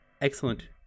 excellent